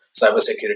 cybersecurity